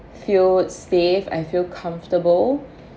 feel safe I feel comfortable